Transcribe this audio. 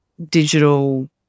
digital